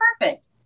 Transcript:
perfect